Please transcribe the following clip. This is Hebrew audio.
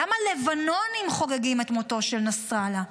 למה לבנונים חוגגים את מותו של נסראללה?